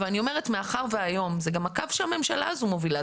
אבל אני אומרת שהיום זזה גם הקו שהממשלה הזו מובילה,